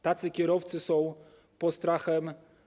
Tacy kierowcy są postrachem.